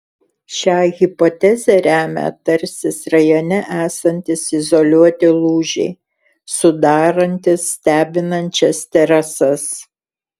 šią hipotezę remia tarsis rajone esantys izoliuoti lūžiai sudarantys stebinančias terasas